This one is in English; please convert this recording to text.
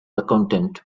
accountant